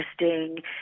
interesting